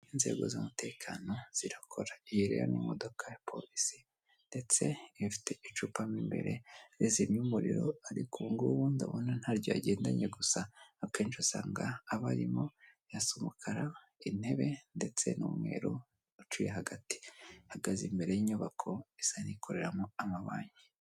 Inzego z'umutekano zirakora iyo rero n'imodoka ya polisi ndetse ifite icupa mo imbere rizimya umuriro ariko ubu ngubu ndabona ntaryo yagendanye gusa akenshi usanga aba arimo asa umukara, intebe ndetse n'umweru uciye hagati. Ahagaze imbere y'inyubako isa n'ikoreramo amabanki.